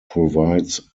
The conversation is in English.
provides